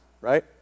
Right